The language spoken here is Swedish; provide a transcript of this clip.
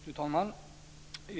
Fru talman!